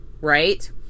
right